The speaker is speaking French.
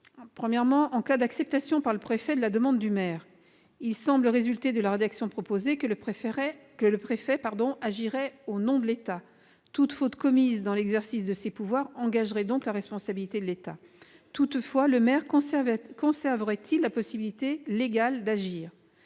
Premièrement, en cas d'acceptation par le préfet de la demande du maire, il semble résulter de la rédaction proposée que le préfet agirait au nom de l'État. Toute faute commise dans l'exercice de ses pouvoirs engagerait donc la responsabilité de l'État. Toutefois, le maire conserverait-il la possibilité légale d'agir ?